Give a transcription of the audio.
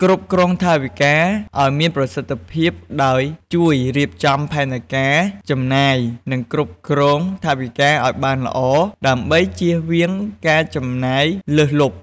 គ្រប់គ្រងថវិកាឲ្យមានប្រសិទ្ធភាពដោយ ជួយរៀបចំផែនការចំណាយ និងគ្រប់គ្រងថវិកាឲ្យបានល្អ ដើម្បីចៀសវាងការចំណាយលើសលុប។